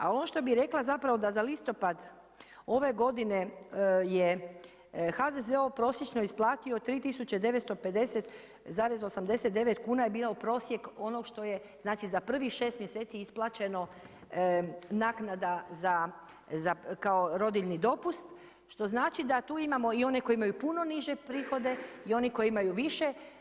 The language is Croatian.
Ali ono što bi rekla zapravo da za listopad ove godine je HZZO prosječno isplatio 3950,89 kuna je bio prosjek onog što je znači za prvih 6 mjeseci isplaćeno naknada kao rodiljni dopust što znači da tu imamo i one koji imaju puno niže prihode i oni koji imaju više.